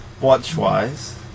Watch-wise